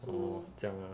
orh 这样 ah